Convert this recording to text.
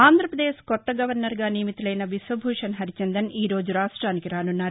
ఆంధ్రాప్రదేశ్ కొత్త గవర్నర్ గా నియమితులైన బిశ్వభూషణ్ హరిచందన్ ఈరోజు రాష్ట్లానికి రానున్నారు